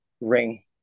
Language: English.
ring